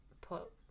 put